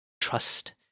trust